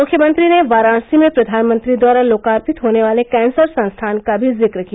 मुख्यमंत्री ने वाराणसी में प्रधानमंत्री द्वारा लोकार्पित होने वाले कैंसर संस्थान का भी जिक्र किया